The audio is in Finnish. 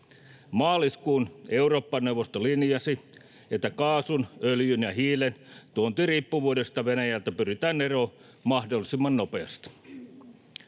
Maaliskuun Eurooppa-neuvosto linjasi, että kaasun, öljyn ja hiilen tuontiriippuvuudesta Venäjältä pyritään eroon mahdollisimman nopeasti.